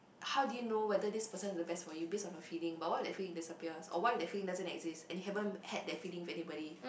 how do you know whether this person is the best for you based on a feeling but what if the feeling disappears or what if the feeling doesn't exist and you haven't had that feeling with anybody